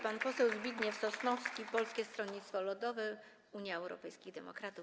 Pan poseł Zbigniew Sosnowski, Polskie Stronnictwo Ludowe - Unia Europejskich Demokratów.